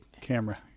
camera